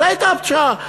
זו הייתה הפשרה.